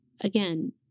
again